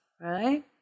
right